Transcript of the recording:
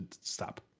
stop